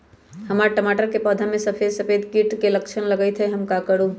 हमर टमाटर के पौधा में सफेद सफेद कीट के लक्षण लगई थई हम का करू?